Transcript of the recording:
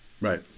Right